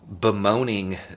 bemoaning